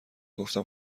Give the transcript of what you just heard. گفتم